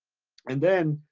and then,